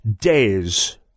days